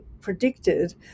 predicted